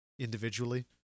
individually